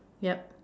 yup